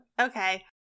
okay